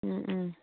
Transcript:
ꯎꯝ ꯎꯝ